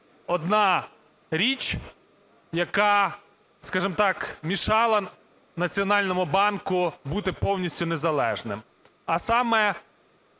одна річ, яка, скажемо так, мішала Національного банку бути повністю незалежним, а саме: